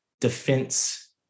defense